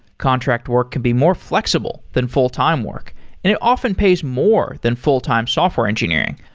contract work can be more flexible than full-time work and it often pays more than full-time software engineering,